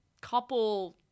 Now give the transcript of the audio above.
couple